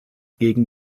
gegen